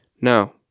Now